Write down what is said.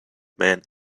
man